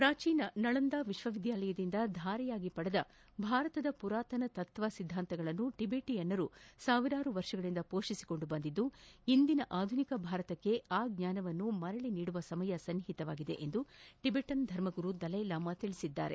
ಪ್ರಾಚೀನ ನಳಂದಾ ವಿಶ್ವವಿದ್ಯಾಲಯದಿಂದ ಧಾರೆಯಾಗಿ ಪಡೆದ ಭಾರತದ ಪುರಾತನ ತತ್ವ ಸಿದ್ದಾಂತಗಳನ್ನು ಟೆಬೆಟಿಯನ್ನರು ಸಾವಿರಾರು ವರ್ಷಗಳಿಂದ ಪೋಷಿಸಿಕೊಂಡು ಬಂದಿದ್ದು ಇಂದಿನ ಆಧುನಿಕ ಭಾರತಕ್ಕೆ ಆ ಜ್ಞಾನವನ್ನು ಮರಳಿ ನೀಡುವ ಸಮಯ ಸನ್ನಿಹಿತವಾಗಿದೆ ಎಂದು ಟಿಬೆಟನ್ ಧರ್ಮಗುರು ದಲೈಲಾಮಾ ತಿಳಿಸಿದ್ದಾರೆ